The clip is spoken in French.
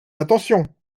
attention